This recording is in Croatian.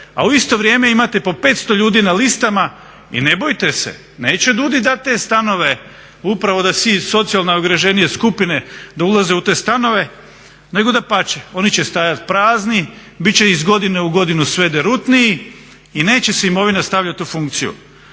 a u isto vrijeme imate po 500 ljudi na listama i ne bojte se neće DUUDI dat te stanove upravo da te socijalno najugroženije skupine da ulaze u te stanove, nego dapače oni će stajati prazni, bit će iz godine u godinu sve derutniji i neće se imovina stavljati u funkciju.